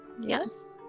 Yes